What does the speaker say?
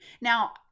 Now